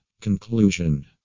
Conclusion